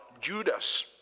Judas